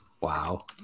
Wow